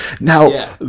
Now